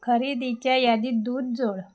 खरेदीच्या यादीत दूध जोड